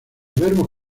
verbos